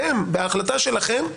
אתם, בהחלטה שלכם,